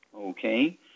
Okay